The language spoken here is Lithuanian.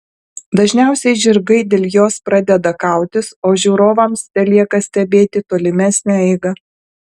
dažniausiai žirgai dėl jos pradeda kautis o žiūrovams telieka stebėti tolimesnę eigą